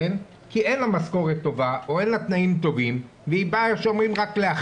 כי אין לה משכורת טובה או אין לה תנאים טובים והיא באה רק 'להחתים',